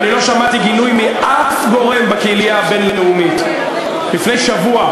ואני לא שמעתי גינוי מאף גורם בקהילייה הבין-לאומית לפני שבוע,